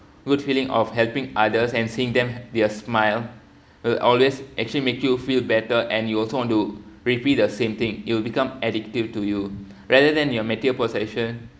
good feeling of helping others and seeing them their smile will always actually make you feel better and you also want to repeat the same thing you will become addictive to you rather than your material possession